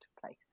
place